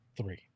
three